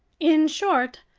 in short,